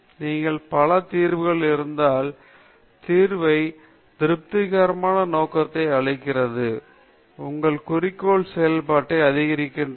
நீங்கள் பல தீர்வுகள் இருந்தால் தீர்வை திருப்திகரமான நோக்கத்தை அளிக்கிறது உங்கள் குறிக்கோள் செயல்பாட்டை அதிகரிக்கிறது